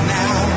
now